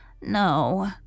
No